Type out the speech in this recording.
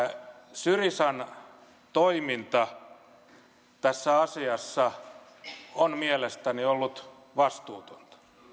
syrizan toiminta tässä asiassa on mielestäni ollut vastuutonta